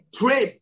pray